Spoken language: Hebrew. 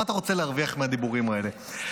מה אתה רוצה להרוויח מהדיבורים האלה?